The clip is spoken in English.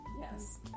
Yes